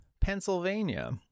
Pennsylvania